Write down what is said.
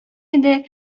иде